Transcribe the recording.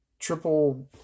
triple